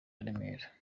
remera